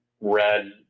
red